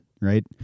right